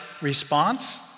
response